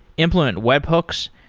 implement web hooks,